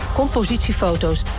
compositiefoto's